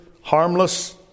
harmless